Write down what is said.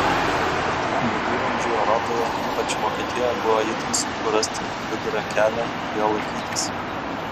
viduramžių europoje ypač vokietijoje buvo itin sunku rasti vidurio kelią ir jo laikytis